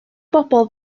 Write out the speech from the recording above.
bobol